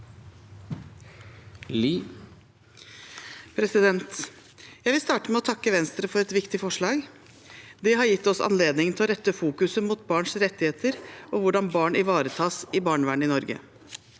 Jeg vil starte med å takke Venstre for et viktig forslag. Det har gitt oss anledning til å rette søkelyset mot barns rettigheter og hvordan barn ivaretas i barnevernet i Norge.